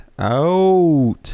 out